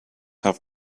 have